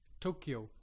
tokyo